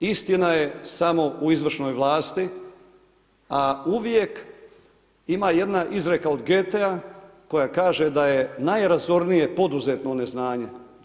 Istina je samo u izvršnoj vlasti, a uvijek ima jedna izreka od Goethe koja kaže da je najrazornije poduzetno neznanje.